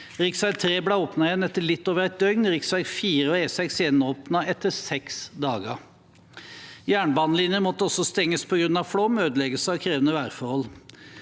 Riksvei 3 ble åpnet igjen etter litt over et døgn, rv. 4 og E6 ble gjenåpnet etter seks dager. Jernbanelinjer måtte også stenges på grunn av flom, ødeleggelser og krevende værforhold.